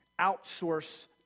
outsource